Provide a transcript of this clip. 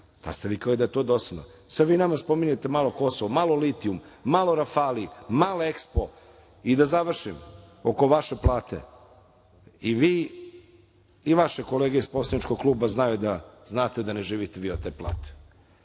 Tad ste vikali da je to dosadno, sad vi nama spominjete malo Kosovo, malo litijum, malo „Rafali“, malo EKSPO.Da završim, oko vaše plate – i vi i vaše kolege iz poslaničkog kluba znate da ne živite vi od te plate,